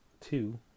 two